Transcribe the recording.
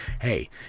hey